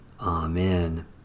Amen